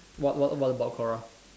what what what about Quora